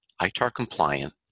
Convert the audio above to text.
ITAR-compliant